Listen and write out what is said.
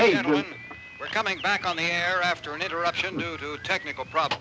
back we're coming back on the air after an interruption technical problem